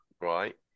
right